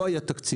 לא היה תקציב.